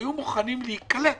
והיו מוכנים להיקלט